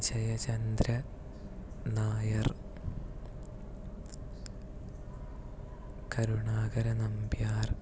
Jayachandra Nair Karunakara Nambiar